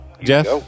jeff